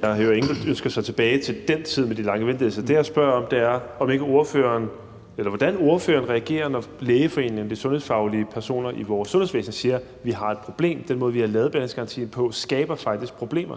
der er ingen, der ønsker sig tilbage til den tid med de lange ventelister. Det, jeg spørger om, er, hvordan ordføreren reagerer, når Lægeforeningen og de sundhedsfaglige personer i vores sundhedsvæsen siger, at vi har et problem, og at den måde, vi har lavet behandlingsgarantien på, faktisk skaber problemer;